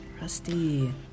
Rusty